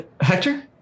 Hector